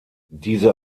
diese